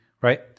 Right